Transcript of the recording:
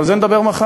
אבל על זה נדבר מחר,